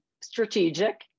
Strategic